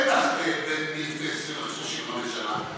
אין לך בן בן 35 שנה.